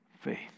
faith